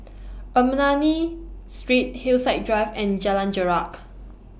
Ernani Street Hillside Drive and Jalan Jarak